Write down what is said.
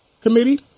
committee